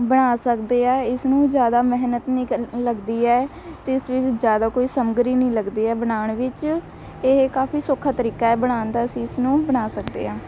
ਬਣਾ ਸਕਦੇ ਹਾਂ ਇਸ ਨੂੰ ਜ਼ਿਆਦਾ ਮਿਹਨਤ ਨਹੀਂ ਕ ਲੱਗਦੀ ਹੈ ਅਤੇ ਇਸ ਵਿੱਚ ਜ਼ਿਆਦਾ ਕੋਈ ਸਮੱਗਰੀ ਨਹੀਂ ਲੱਗਦੀ ਹੈ ਬਣਾਉਣ ਵਿੱਚ ਇਹ ਕਾਫੀ ਸੌਖਾ ਤਰੀਕਾ ਹੈ ਬਣਾਉਣ ਦਾ ਅਸੀਂ ਇਸ ਨੂੰ ਬਣਾ ਸਕਦੇ ਹਾਂ